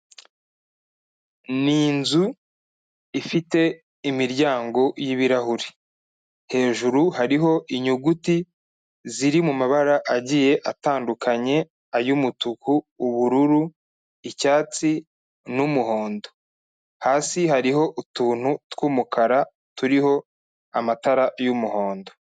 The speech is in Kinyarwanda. Ni inzu ifite imiryango y'ibirahure. Hejuru hariho inyuguti ziri mu mabara agiye atandukanye, ay'umutuku, ubururu, icyatsi n'umuhondo. Hasi hariho utuntu tw'umukara, turiho amatara y'umuhondo.